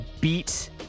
beat